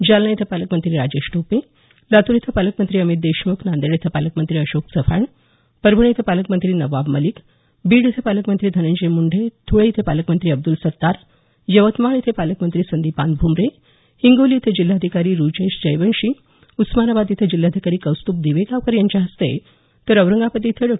जालना इथं पालकमंत्री राजेश टोपे लातूर इथं पालकमंत्री अमित देशमुख नांदेड इथं पालकमंत्री अशोक चव्हाण परभणी इथं पालकमंत्री नवाब मलिक बीड इथं पालकमंत्री धनंजय मुंडे धुळे इथं पालकमंत्री अब्दुल सत्तार यवतमाळ इथं पालकमंत्री संदिपान भुमरे हिंगोली इथं जिल्हाधिकारी रुचेश जयवंशी उस्मानाबाद इथं जिल्हाधिकारी कौस्तुभ दिवेगावकर यांच्या हस्ते तर औरंगाबाद इथं डॉ